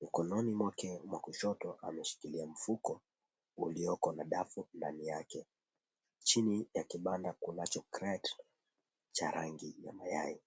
Mkononi mwake mwa kushoto ameshikilia mfuko ulioko na dafu ndani yake. Chini ya kibanda kunacho crate cha rangi ya mayai.